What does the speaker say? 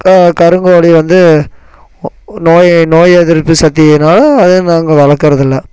கருங்கோழி வந்து நோய் நோய் எதிர்ப்பு சக்தி இல்லாதனால அதை நாங்கள் வளர்க்கறதில்ல